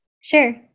Sure